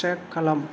track खालाम